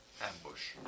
ambush